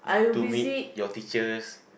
to meet your teachers